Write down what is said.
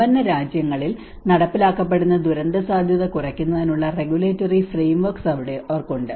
സമ്പന്ന രാജ്യങ്ങളിൽ നടപ്പാക്കപ്പെടുന്ന ദുരന്തസാധ്യത കുറയ്ക്കുന്നതിനുള്ള റെഗുലേറ്ററി ഫ്രെയിംവർക്സ് അവർക്കുണ്ട്